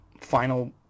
final